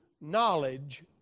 knowledge